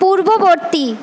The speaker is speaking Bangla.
পূর্ববর্তী